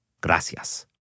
Gracias